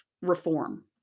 reform